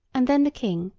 and then the king,